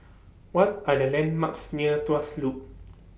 What Are The landmarks near Tuas Loop